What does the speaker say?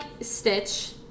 Stitch